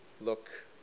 look